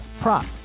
prop